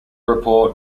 report